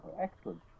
Excellent